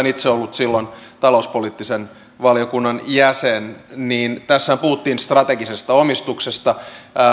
itse ollut silloin talouspoliittisen valiokunnan jäsen niin tässähän puhuttiin strategisesta omistuksesta